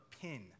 pin